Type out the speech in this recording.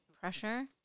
pressure